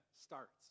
starts